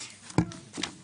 הצבעה אושר.